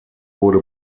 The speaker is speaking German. wurde